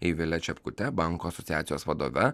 ivile čipkute bankų asociacijos vadove